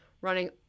running